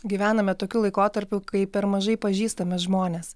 gyvename tokiu laikotarpiu kai per mažai pažįstame žmones